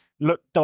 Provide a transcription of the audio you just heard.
looked